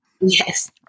Yes